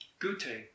Gute